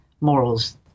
morals